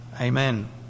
amen